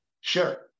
Sure